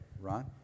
ron